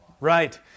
Right